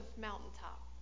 mountaintop